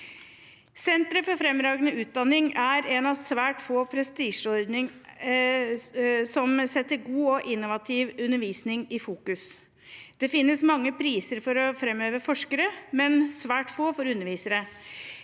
Sentre for fremragende utdanning er en av svært få prestisjeordninger som setter god og innovativ undervisning i fokus. Det finnes mange priser for å framheve forskere, men svært få for undervisere.